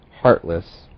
heartless